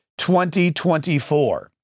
2024